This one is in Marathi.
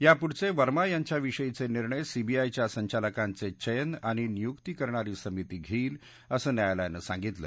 यापुढचे वर्मा यांच्या विषयीचे निर्णय सीबीआयच्या संचालकांचे चयन आणि नियुक्ती करणारी समिती घेईल असं न्यायालयानं सांगितलं